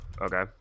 okay